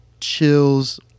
chills